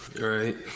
right